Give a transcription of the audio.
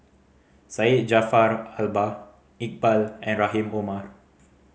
Syed Jaafar Albar Iqbal and Rahim Omar